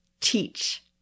teach